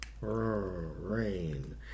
rain